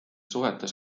suhetes